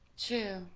True